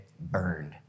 burned